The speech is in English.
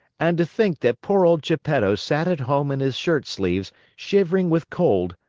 and to think that poor old geppetto sat at home in his shirt sleeves, shivering with cold,